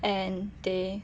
and they